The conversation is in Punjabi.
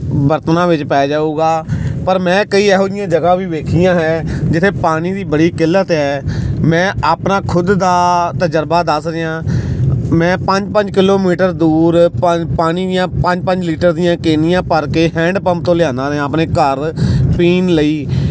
ਬਰਤਣਾ ਵਿੱਚ ਪੈ ਜਾਊਗਾ ਪਰ ਮੈਂ ਕਈ ਇਹੋ ਜਿਹੀਆਂ ਜਗ੍ਹਾ ਵੀ ਵੇਖੀਆਂ ਹੈ ਜਿੱਥੇ ਪਾਣੀ ਦੀ ਬੜੀ ਕਿੱਲਤ ਹੈ ਮੈਂ ਆਪਣਾ ਖੁਦ ਦਾ ਤਜਰਬਾ ਦੱਸ ਰਿਹਾ ਮੈਂ ਪੰਜ ਪੰਜ ਕਿਲੋਮੀਟਰ ਦੂਰ ਪਾ ਪਾਣੀ ਦੀਆਂ ਪੰਜ ਪੰਜ ਲੀਟਰ ਦੀਆਂ ਕੇਨੀਆਂ ਭਰ ਕੇ ਹੈਂਡਪੰਪ ਤੋਂ ਲਿਆਉਂਦਾ ਰਿਹਾ ਆਪਣੇ ਘਰ ਪੀਣ ਲਈ